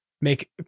make